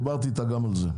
דיברתי איתה גם על זה.